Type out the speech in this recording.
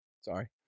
Sorry